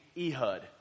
Ehud